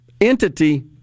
entity